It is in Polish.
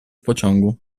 pociągu